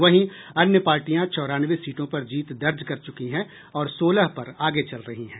वहीं अन्य पार्टियां चौरानवे सीटों पर जीत दर्ज कर चुकी हैं और सोलह पर आगे चल रही हैं